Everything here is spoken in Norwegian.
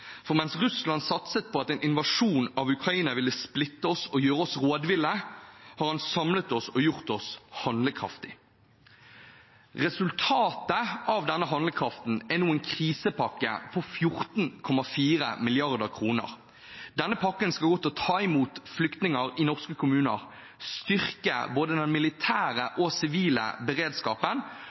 for mens Russland satset på at en invasjon av Ukraina ville splitte oss og gjøre oss rådville, har det samlet oss og gjort oss handlekraftige. Resultatet av denne handlekraften er nå en krisepakke på 14,4 mrd. kr. Denne pakken skal gå til å ta imot flyktninger i norske kommuner, styrke både den militære og sivile beredskapen